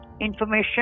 information